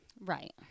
Right